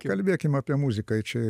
kalbėkim apie muziką čia